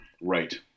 Right